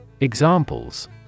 Examples